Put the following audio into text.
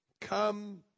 Come